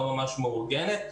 לא ממש מאורגנת.